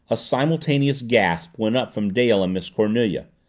a simultaneous gasp went up from dale and miss cornelia.